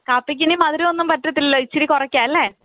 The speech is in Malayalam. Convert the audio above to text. കാപ്പിക്കിനി മധുരം ഒന്നും പറ്റത്തില്ലല്ലോ ഇച്ചിരി കുറയ്ക്കാം അല്ലേ